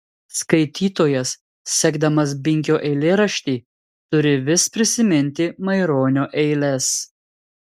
skaitytojas sekdamas binkio eilėraštį turi vis prisiminti maironio eiles